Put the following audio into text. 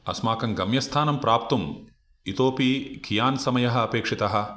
अस्माकं गम्यस्थानं प्राप्तुम् इतोऽपि कियान् समयः अपेक्षितः